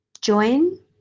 join